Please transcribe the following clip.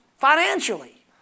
financially